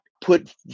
put